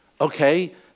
Okay